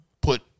put